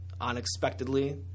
unexpectedly